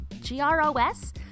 G-R-O-S